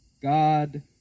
God